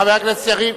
חבר הכנסת לוין,